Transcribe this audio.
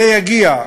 זה יגיע.